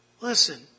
Listen